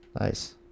Nice